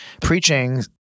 preaching